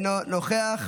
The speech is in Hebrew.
אינו נוכח,